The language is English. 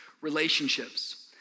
relationships